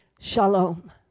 shalom